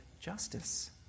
justice